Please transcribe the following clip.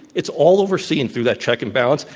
it's all overseen through that check and balance.